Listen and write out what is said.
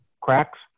cracks